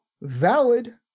valid